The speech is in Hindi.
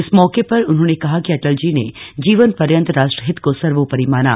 इस मौके पर उन्होंने कहा कि अटल जी ने जीवन पर्यन्त राष्ट्रहित को सर्वोपरि माना